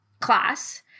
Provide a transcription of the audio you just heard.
class